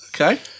Okay